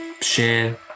share